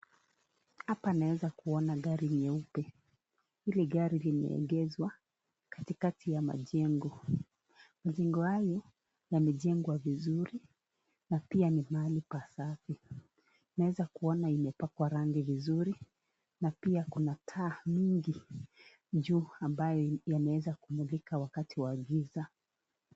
Hapa naweza kuona gari nyeupe, Hili gari limeegezwa katikati ya majengo. majengo hayo yamejengwa vizuri, na pia ni mahali pa safi. Naweza kuona imepakwa rangi vizuri, na pia kuna taa mingi juu ambaye yanaweza kumulika wakati wa giza.